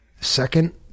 Second